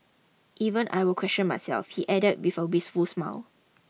even I will question myself he added with a wistful smile